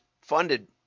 funded